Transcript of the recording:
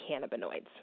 cannabinoids